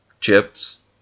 chips